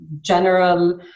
general